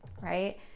right